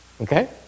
Okay